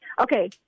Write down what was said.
Okay